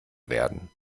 werden